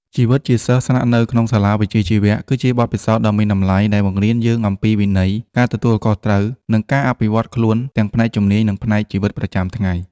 ជីវិតជាសិស្សស្នាក់នៅក្នុងសាលាវិជ្ជាជីវៈ គឺជាបទពិសោធន៍ដ៏មានតម្លៃដែលបង្រៀនយើងអំពីវិន័យ ការទទួលខុសត្រូវ និងការអភិវឌ្ឍខ្លួនទាំងផ្នែកជំនាញ និងផ្នែកជីវិតប្រចាំថ្ងៃ។